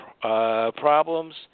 problems